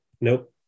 Nope